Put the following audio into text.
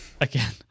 Again